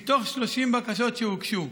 מתוך 30 בקשות שהוגשו.